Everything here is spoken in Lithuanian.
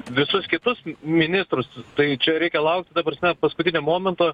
visus kitus ministrus tai čia reikia laukti ta prasme paskutinio momento